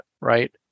right